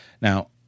Now